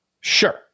Sure